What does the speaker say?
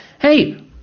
Hey